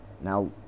Now